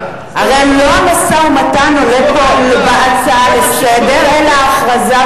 הרי לא המשא-ומתן עולה פה בהצעה לסדר-היום אלא ההכרזה,